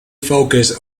focus